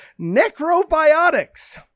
necrobiotics